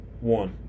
One